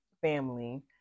family